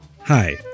Hi